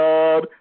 God